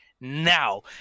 now